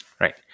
Right